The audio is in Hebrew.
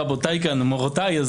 רבותיי ומורותיי.